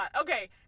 Okay